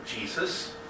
Jesus